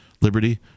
liberty